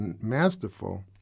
masterful